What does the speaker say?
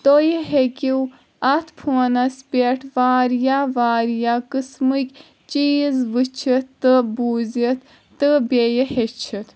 تُہۍ ہٮ۪کِو اَتھ فونَس پٮ۪ٹھ واریاہ واریاہ قٕسمٕکۍ چیٖز وٕچِھتھ تہٕ بوٗزِتھ تہٕ بیٚیہِ ہیٚچِھتھ